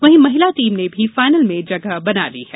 वहीं महिला टीम ने भी फाइनल में जगह बना ली है